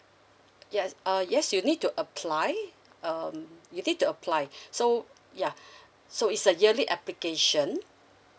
yes uh yes you need to apply um you need to apply so yeah so it's a yearly application